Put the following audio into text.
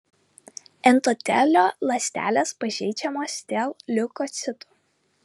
endotelio ląstelės pažeidžiamos dėl leukocitų